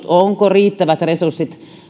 onko tuomioistuimissa riittävät resurssit